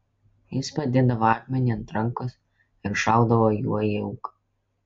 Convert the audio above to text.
jis padėdavo akmenį ant rankos ir šaudavo juo į auką